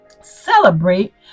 celebrate